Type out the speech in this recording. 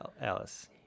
alice